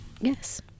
yes